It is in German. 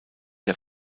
der